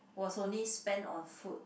was only spent on food